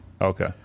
Okay